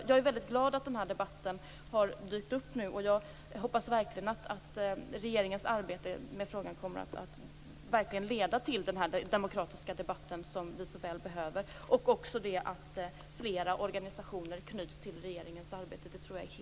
Jag är väldigt glad för att den här debatten nu har dykt upp, och jag hoppas verkligen att regeringens arbete med frågan kommer att leda till den demokratiska debatt som vi så väl behöver. Jag tror också att det är helt nödvändigt att flera organisationer knyts till regeringens arbete.